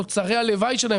תוצרי הלוואי שלהם,